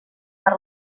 per